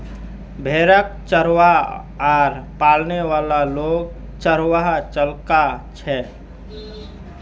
भेड़क चरव्वा आर पालने वाला लोग चरवाहा कचला छेक